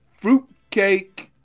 Fruitcake